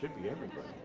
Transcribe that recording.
be everybody.